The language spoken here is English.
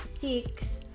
six